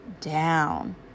down